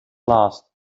last